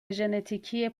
ژنتیکی